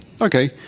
okay